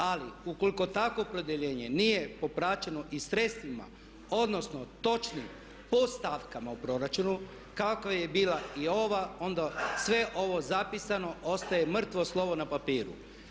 Ali, ukoliko takvo opredjeljenje nije popraćeno i sredstvima odnosno točnim podstavkama u proračunu kako je bilo i ovo onda sve ovo zapisano ostaje mrtvo slovo na papiru.